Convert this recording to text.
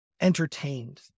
entertained